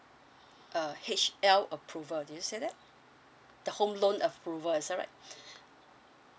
uh H_L approval did you say that the home loan approval is that right